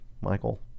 michael